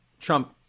Trump